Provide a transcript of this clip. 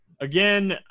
again